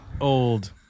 old